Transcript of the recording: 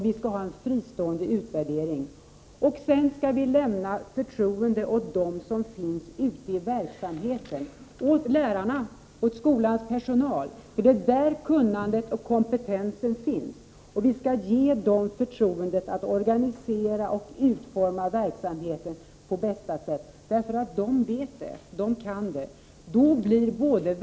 Vi skall ha en fristående utvärdering. Vi skall ge förtroende till dem som finns ute i verksamheten — lärarna och skolans övriga personal. Det är ute i skolorna som kunnandet och kompetensen finns. Vi skall ge dem förtroendet att organisera och utforma verksamheten på bästa sätt. De vet det och de kan det.